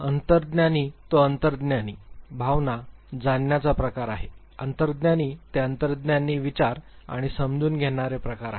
अंतर्ज्ञानी जो अंतर्ज्ञानी भावना जाणण्याचा प्रकार आहे अंतर्ज्ञानी जे अंतर्ज्ञानी विचार आणि समजून घेणारे प्रकार आहेत